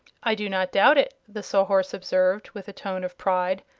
i do not doubt it, the sawhorse observed, with a tone of pride.